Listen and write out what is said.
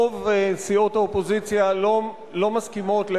רוב סיעות האופוזיציה לא מסכימות.